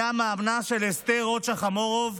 היה מאמנה של אסתר רוט שחמורוב,